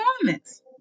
performance